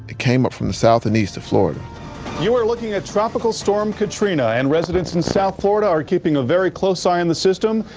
came up from the south and east of florida you are looking at tropical storm katrina, and residents in south florida are keeping a very close eye on the system.